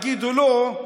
יגידו לא,